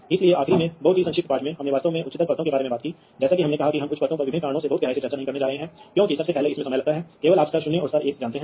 तो इसी तरह अब यह डिवाइस वास्तव में एक नेटवर्क डिवाइस है ये नेटवर्क डिवाइस नहीं हैं